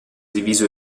diviso